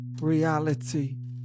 Reality